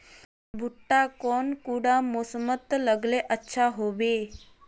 भुट्टा कौन कुंडा मोसमोत लगले अच्छा होबे?